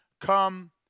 come